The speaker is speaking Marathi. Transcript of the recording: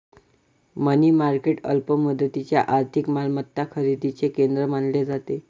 मनी मार्केट अल्प मुदतीच्या आर्थिक मालमत्ता खरेदीचे केंद्र मानले जाते